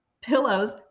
pillows